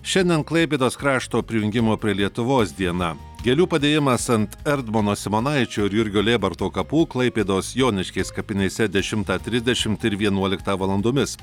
šiandien klaipėdos krašto prijungimo prie lietuvos diena gėlių padėjimas ant erdmano simanaičio ir jurgio lėbartų kapų klaipėdos joniškės kapinėse dešimtą trisdešimt ir vienuoliktą valandomis